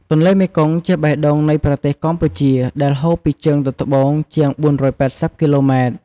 ទន្លេមេគង្គជាបេះដូងនៃប្រទេសកម្ពុជា ដែលហូរពីជើងទៅត្បូងជាង ៤៨០ គីឡូម៉ែត្រ។